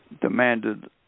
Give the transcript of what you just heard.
demanded